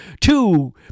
two